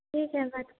ठीक है